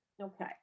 Okay